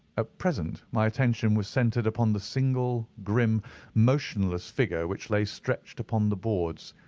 ah present my attention was centred upon the single grim motionless figure which lay stretched upon the boards,